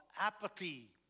apathy